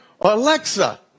Alexa